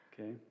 okay